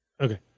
Okay